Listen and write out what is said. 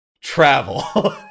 travel